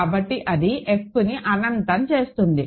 కాబట్టి అది Fని అనంతం చేస్తుంది